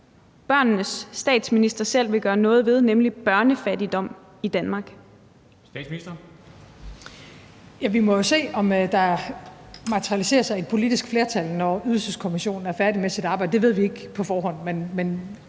13:40 Statsministeren (Mette Frederiksen): Vi må jo se, om der materialiserer sig et politisk flertal, når Ydelseskommissionen er færdig med sit arbejde. Det ved vi ikke på forhånd,